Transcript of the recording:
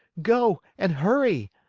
go, and hurry.